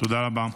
תודה רבה.